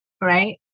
right